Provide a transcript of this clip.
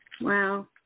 Wow